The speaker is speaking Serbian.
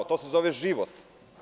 To se zove život.